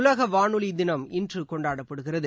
உலகவானொலிதினம் இன்றுகொண்டாடப்படுகிறது